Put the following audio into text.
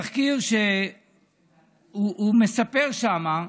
תחקיר שהוא מספר שם,